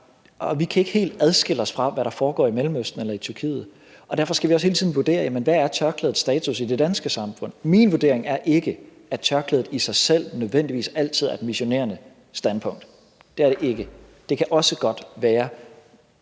Og vi kan ikke helt adskille os fra, hvad der foregår i Mellemøsten eller i Tyrkiet, og derfor skal vi også hele tiden vurdere, hvad tørklædets status i det danske samfund er. Min vurdering er, at tørklædet ikke i sig selv nødvendigvis altid er udtryk for et missionerende standpunkt – det er det ikke. Det kan også godt være